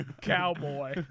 Cowboy